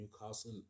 Newcastle